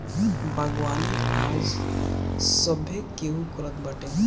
बागवानी आज सभे केहू करत बाटे